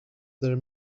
their